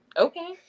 Okay